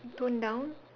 tone down